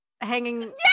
hanging